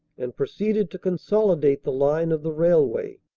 and proceeded to consolidate the line of the railway.